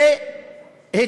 ויש תקציב, נכון?